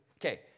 Okay